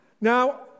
now